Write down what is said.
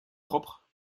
propre